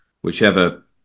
whichever